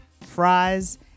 fries